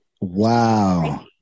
Wow